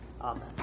Amen